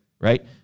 right